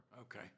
Okay